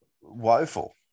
woeful